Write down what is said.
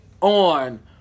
on